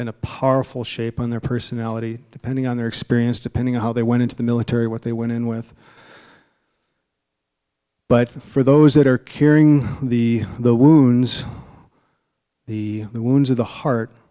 in a powerful shape on their personality depending on their experience depending on how they went into the military what they went in with but for those that are carrying the wounds the wounds of the heart